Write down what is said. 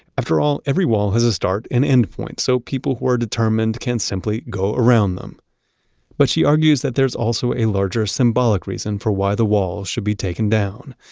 after all, every wall has a start and endpoint so people who are determined can simply go around them but she argues that there's also a larger symbolic reason for why the walls should be taken down.